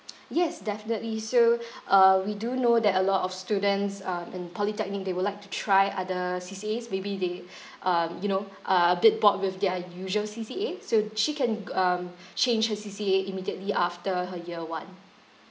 yes definitely so uh we do know that a lot of students uh in polytechnic they would like to try other C_C_As maybe they um you know uh a bit bored with their usual C_C_A so she can g~ um change her C_C_A immediately after her year one